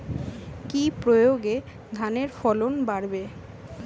কি প্রয়গে ধানের ফলন বাড়বে?